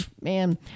man